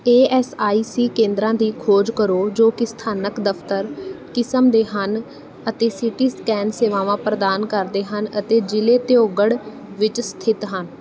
A S I C ਕੇਂਦਰਾਂ ਦੀ ਖੋਜ ਕਰੋ ਜੋ ਕਿ ਸਥਾਨਕ ਦਫਤਰ ਕਿਸਮ ਦੇ ਹਨ ਅਤੇ ਸੀ ਟੀ ਸਕੈਨ ਸੇਵਾਵਾਂ ਪ੍ਰਦਾਨ ਕਰਦੇ ਹਨ ਅਤੇ ਜ਼ਿਲ੍ਹੇ ਧਿਓਘੜ ਵਿੱਚ ਸਥਿਤ ਹਨ